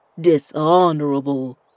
dishonorable